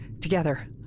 Together